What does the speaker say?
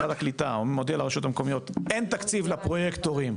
משרד הקליטה מודיע לרשויות המקומיות אין תקציב לפרויקטורים,